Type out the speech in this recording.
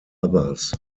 others